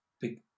big